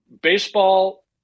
baseball